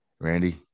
Randy